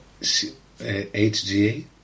HGA